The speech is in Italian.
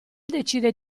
decide